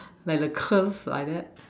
like the curve like that